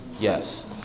Yes